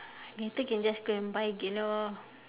later can just go and buy again lor